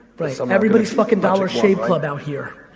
right um everyone's fuckin' dollar shave club out here.